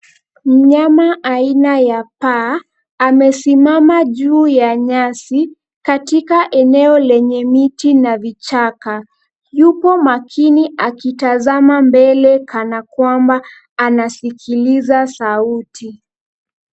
Mnyama aina ya paa amesimama juu ya nyasi katika eneo lenye miti na vichaka. Yupo makini akitazama mbele kana kwamba anasikiliza sauti.